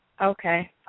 Okay